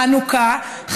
חנוכה,